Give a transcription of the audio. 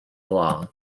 law